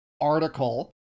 article